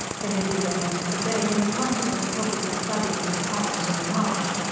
the heavy rains of the day, and the consequent probable flooding of the ponds and the marsh,